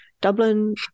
Dublin